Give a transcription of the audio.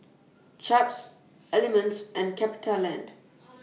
Chaps Element and CapitaLand